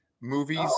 movies